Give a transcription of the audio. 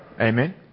Amen